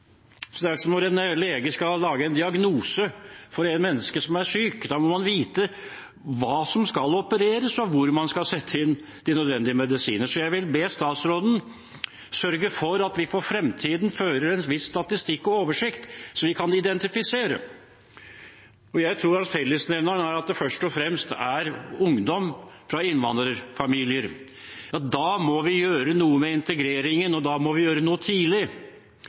Så jeg vil be statsråden sørge for at vi for fremtiden fører en viss statistikk og oversikt, så vi kan identifisere. Jeg tror at fellesnevneren her først og fremst er ungdom fra innvandrerfamilier. Da må vi gjøre noe med integreringen, og da må vi gjøre noe tidlig.